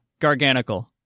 Garganical